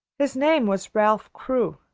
his name was ralph crewe,